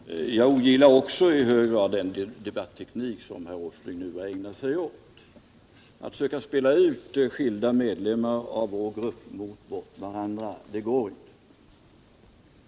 Herr talman! Jag ogillar också i hög grad den debatteknik som herr Åsling nu har ägnat sig åt. Att söka spela ut medlemmar av vår grupp mot varandra går inte.